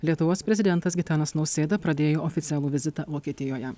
lietuvos prezidentas gitanas nausėda pradėjo oficialų vizitą vokietijoje